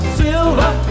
silver